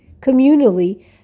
communally